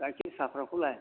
गाइखेर साहाफ्राखौलाय